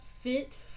Fit